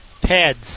Pads